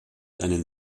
einen